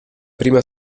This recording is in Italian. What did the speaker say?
prima